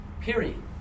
period